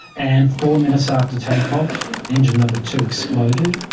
and four minutes after take-off engine number two exploded,